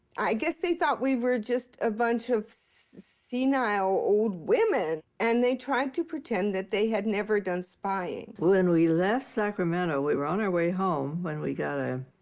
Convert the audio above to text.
i guess they thought we were just a bunch of senile old women, and they tried to pretend that they had never done spying. marian when we left sacramento, we were on our way home when we got a